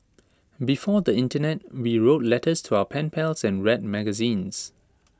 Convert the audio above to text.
before the Internet we wrote letters to our pen pals and read magazines